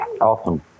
Awesome